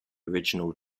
original